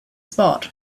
spot